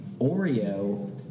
Oreo